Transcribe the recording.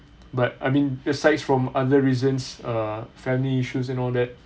but I mean asides from other reasons uh family issues and all that